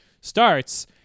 starts